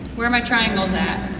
where are my triangles at?